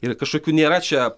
ir kažkokių nėra čia